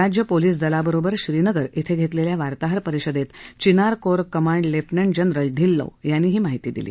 राज्य पोलीस दलाबरोबर श्रीनगर इथं घेतलेल्या वार्ताहर परिषदेत Chinar corps command lieutenant general Dhillon यांनी ही माहिती दिली